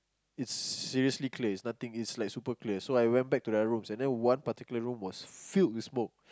it's seriously clear it's nothing it's like super clear so I went back to their rooms and then one particular room was filled with smoke